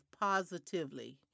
positively